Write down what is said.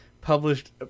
published